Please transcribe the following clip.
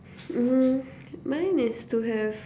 mm mine is to have